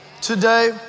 today